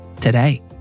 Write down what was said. today